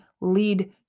lead